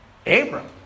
Abram